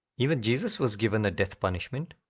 even jesus was given a death-punishment.